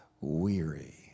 weary